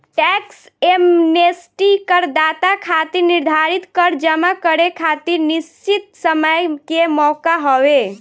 tax amnesty करदाता खातिर निर्धारित कर जमा करे खातिर निश्चित समय के मौका हवे